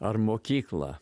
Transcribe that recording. ar mokyklą